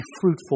fruitful